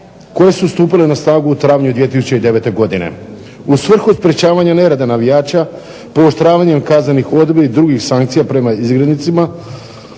koje su stupile na snagu u travnju 2009. godine. U svrhu sprječavanja nereda navijača, pooštravanjem kaznenih odredbi i drugih sankcija prema izgrednicima